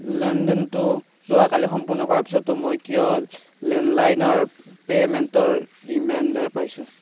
লেনদেনটো যোৱাকালি সম্পূৰ্ণ কৰাৰ পাছতো মই কিয় লেণ্ডলাইনৰ পে'মেণ্টৰ ৰিমাইণ্ডাৰ পাইছো